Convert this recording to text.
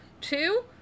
Two